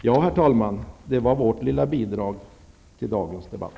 Ja, herr talman, det var vårt lilla bidrag till dagens debatt.